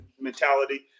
mentality